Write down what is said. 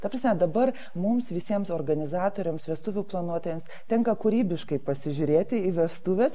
ta prasme dabar mums visiems organizatoriams vestuvių planuotojams tenka kūrybiškai pasižiūrėti į vestuves